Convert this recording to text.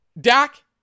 Dak